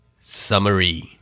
Summary